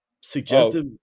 suggestive